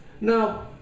Now